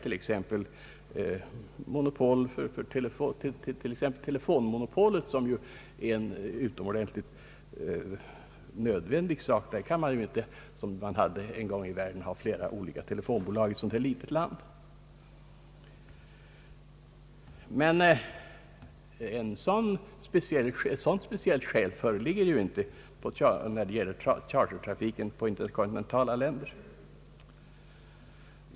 Telefonmonopolet t.ex. är ju utomordentligt nödvändigt. Man kan naturligtvis inte — så som det var en gång i världen — ha flera olika telefonbolag i ett så litet land som vårt. Ett sådant speciellt skäl föreligger emellertid inte, när det gäller chartertrafiken på interkontinentala länder.